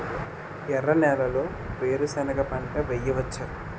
ఎర్ర నేలలో వేరుసెనగ పంట వెయ్యవచ్చా?